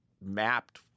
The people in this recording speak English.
mapped